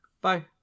Bye